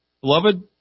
Beloved